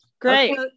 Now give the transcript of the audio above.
Great